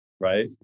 right